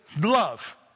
love